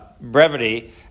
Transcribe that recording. brevity